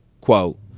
quote